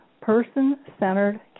person-centered